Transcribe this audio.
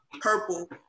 purple